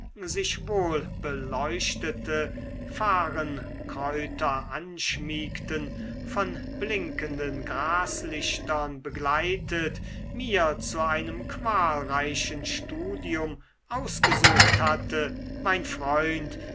sich wohlbeleuchtete farrenkräuter anschmiegten von blinkenden graslichtern begleitet mir zu einem qualreichen studium ausgesucht hatte mein freund